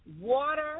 water